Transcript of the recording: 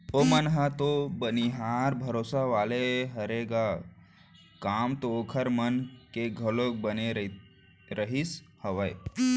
ओमन ह तो बनिहार भरोसा वाले हरे ग काम तो ओखर मन के घलोक बने रहिस हावय